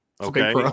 Okay